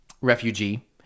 refugee